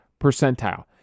percentile